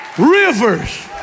Rivers